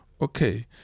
okay